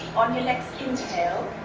on your next inhale,